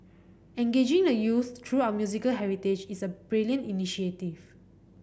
engaging the youth through our musical heritage is a brilliant initiative